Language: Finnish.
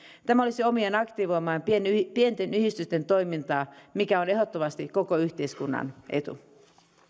tämä olisi omiaan aktivoimaan pienten pienten yhdistysten toimintaa mikä on ehdottomasti koko yhteiskunnan etu